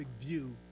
view